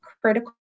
critical